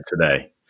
today